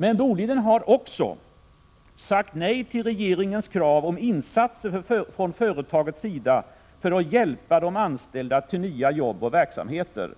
Men Boliden har också sagt nej till regeringens krav på insatser från företagets sida för att hjälpa de anställda till nya jobb och verksamheter.